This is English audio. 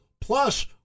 Plus